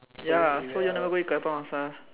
ya so you all never go eat Katong after